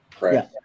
right